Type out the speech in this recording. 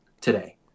today